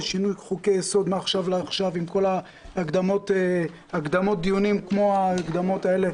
בשינוי חוקי יסוד מעכשיו לעכשיו עם כל ההקדמות דיונים כמו הקדמות האלה,